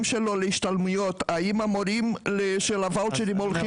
שלו להשתלמויות האם המורים של הוואוצ'רים הולכים?